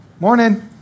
morning